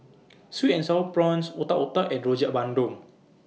Sweet and Sour Prawns Otak Otak and Rojak Bandung